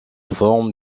forme